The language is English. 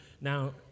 Now